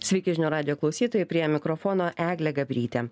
sveiki žinių radijo klausytojai prie mikrofono eglė gabrytė